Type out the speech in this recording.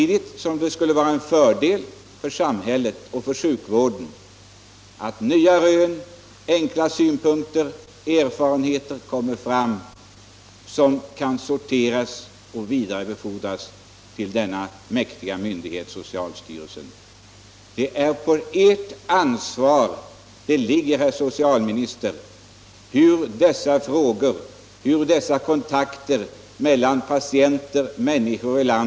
Det skulle också vara en fördel för samhället och sjukvården att nya rön och enkla synpunkter och erfarenheter kommer fram och kan sorteras och vidarebefordras till den mäktiga myndigheten socialstyrelsen. Och, herr socialminister, det ligger på ert ansvar hur dessa frågor och kontakter tas upp!